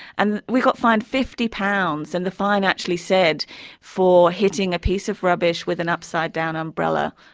and we got fined fifty pounds, and the fine actually said for hitting a piece of rubbish with an upside-down umbrella.